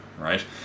right